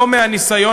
ולא מהניסיון,